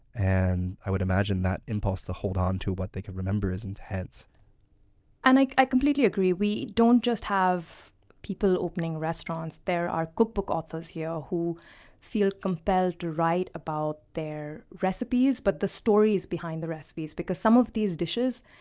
and i would imagine that impulse to hold on to what they can remember is intense and i i completely agree. we don't just have people opening restaurants. there are cookbook authors here who feel compelled to write about their recipes, but also the stories behind the recipes, because some of these dishes,